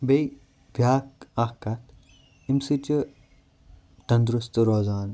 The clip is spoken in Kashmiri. بیٚیہِ بیاکھ اَکھ کَتھ اَمہِ سۭتۍ چھِ تَنٛدرُستہٕ روزان